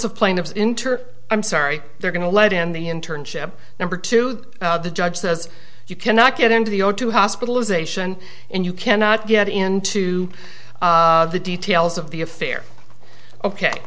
of plaintiff's inter i'm sorry they're going to let in the internship number two the judge says you cannot get into the o two hospitalization and you cannot get into the details of the affair ok